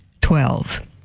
Twelve